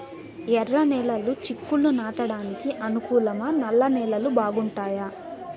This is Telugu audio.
ఎర్రనేలలు చిక్కుళ్లు నాటడానికి అనుకూలమా నల్ల నేలలు బాగుంటాయా